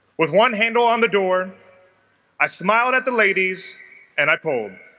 was one handle on the door i smiled at the ladies and i pulled